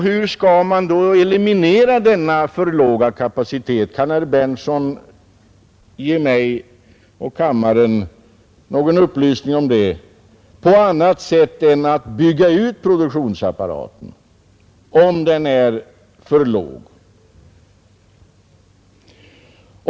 Hur skall man då eliminera denna för låga kapacitet — kan herr Berndtson ge mig och kammaren någon upplysning om det — på annat sätt än genom att bygga ut produktionsapparaten om den är för låg?